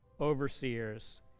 overseers